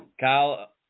Kyle